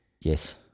yes